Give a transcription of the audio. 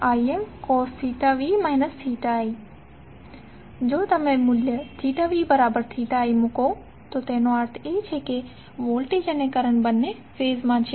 જો તમે મૂલ્ય vi મૂકો તો તેનો અર્થ એ કે વોલ્ટેજ અને કરંટ બંને ફેઝમાં છે